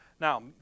Now